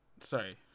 sorry